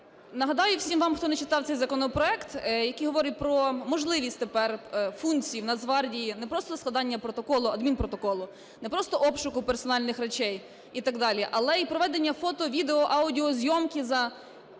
Нагадаю всім вам, хто не читав цей законопроект, який говорить про можливість тепер функції в Нацгвардії не просто складання протоколу, адмінпротоколу, не просто обшуку персональних речей і так далі, але і проведення фото-, відео-, аудіозйомки за